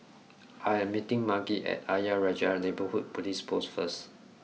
I am meeting Margy at Ayer Rajah Neighbourhood Police Post first